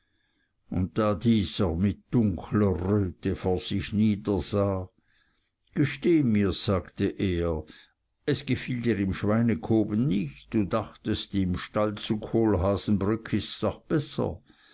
und da dieser mit dunkler röte vor sich niedersah gesteh mir's sagte er es gefiel dir im schweinekoben nicht du dachtest im stall zu kohlhaasenbrück ist's doch besser